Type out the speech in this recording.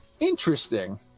Interesting